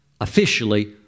officially